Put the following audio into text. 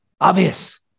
obvious